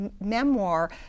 memoir